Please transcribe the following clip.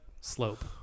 slope